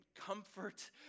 comfort